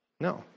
no